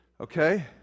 Okay